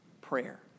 prayer